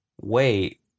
Wait